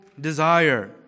desire